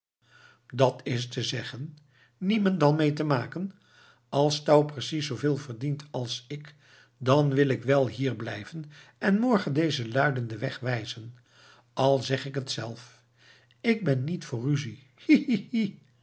dat is te zeggen niemendal mee te maken als touw precies zooveel verdient als ik dan wil ik wel hier blijven en morgen dezen luiden den weg wijzen al zeg ik het zelf ik ben niet voor ruzie